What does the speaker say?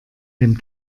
dem